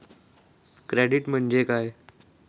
Credit म्हणजे काय?